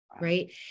right